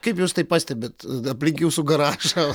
kaip jūs tai pastebit aplink jūsų garažą